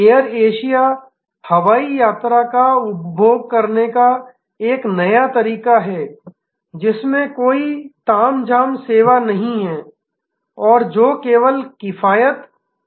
air Asia हवाई यात्रा का उपभोग करने का एक नया तरीका है जिसमें कोई भी तामझाम सेवा नहीं है और जो केवल किफायत पर जोर देते हैं